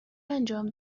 انجام